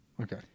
Okay